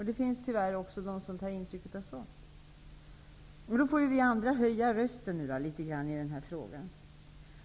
Det finns tyvärr de som tar intryck av sådant. Då får vi andra höja rösten.